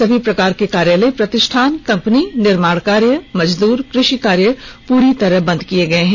सभी प्रकार के कार्यालय प्रतिष्ठान कंपनी निर्माण कार्य मजदूर कृषि कार्य पूरी तरह से बंद किए गए हैं